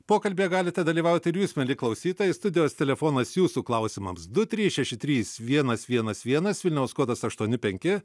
pokalbyje galite dalyvauti ir jūs mieli klausytojai studijos telefonas jūsų klausimams du trys šeši trys vienas vienas vienas vilniaus kodas aštuoni penki